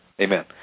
Amen